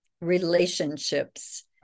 relationships